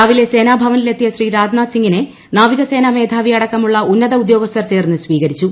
രാവിലെ സേനാഭവനിലെത്തിയ ശ്രീ രാജ്നാഥ് സിംഗിനെ നാവികസേനാ മേധാവി അടക്കമുള്ള ഉന്നത ഉദ്യോഗസ്ഥർ ചേർന്ന് സ്വീകരിച്ചു